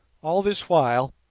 all this while,